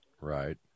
Right